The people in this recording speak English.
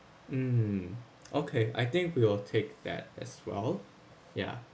mm okay I think we will take that as well ya